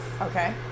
okay